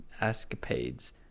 escapades